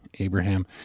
Abraham